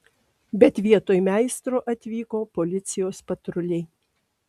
bet vietoj meistro atvyko policijos patruliai